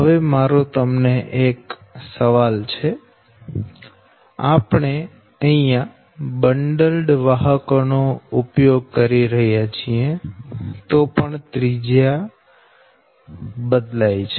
હવે મારો તમને એક સવાલ છે આપણે અહી બંડલ્ડ વાહકો નો ઉપયોગ કરી રહ્યા છીએ તો પણ અહી ત્રિજ્યા બદલાય છે